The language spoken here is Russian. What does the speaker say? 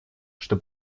что